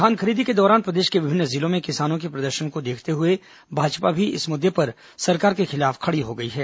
धान खरीदी के दौरान प्रदेश के विभिन्न जिलों में किसानों के प्रदर्शन को देखते हुए भाजपा भी इस मुद्दे पर सरकार के खिलाफ खड़ी हो गई है